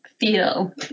feel